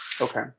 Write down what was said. Okay